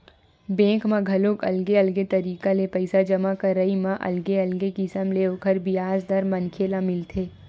bank म घलो अलगे अलगे तरिका ले पइसा जमा करई म अलगे अलगे किसम ले ओखर बियाज दर मनखे ल मिलथे